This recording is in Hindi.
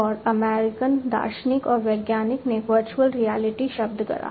तो वर्चुअल रियलिटी शब्द गढ़ा